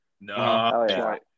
No